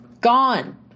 gone